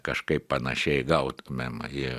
kažkaip panašiai gautumėm į